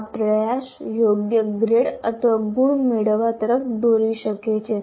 આ પ્રયાસ યોગ્ય ગ્રેડ અથવા ગુણ મેળવવા તરફ દોરી શકે છે